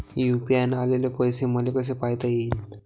UPI न आलेले पैसे मले कसे पायता येईन?